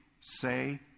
say